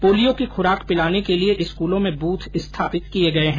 polio की खूराक पिलाने के लिये स्कूलों में बूथ स्थापित किये गये हैं